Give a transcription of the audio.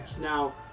Now